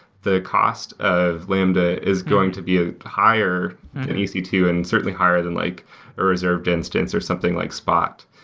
the cost of lambda is going to be ah higher than e c two and certainly higher than like a reserved instance or something like spot.